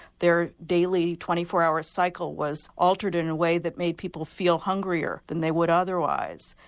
their daily twenty four hours cycle was altered in a way that made people feel hungrier than they would otherwise.